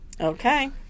okay